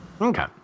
okay